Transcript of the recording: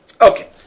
Okay